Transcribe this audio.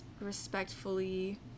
respectfully